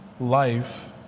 Life